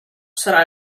sarà